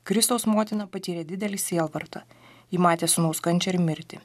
kristaus motina patyrė didelį sielvartą ji matė sūnaus kančią ir mirtį